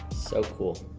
so cool.